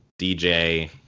DJ